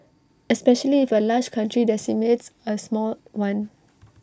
especially if A large country decimates A small one